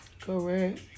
Correct